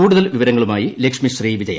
കൂടതൽ വിവരങ്ങളുമായി ലക്ഷ്മി ശ്രീ വിജയ